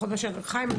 חיים, אח של גיטה.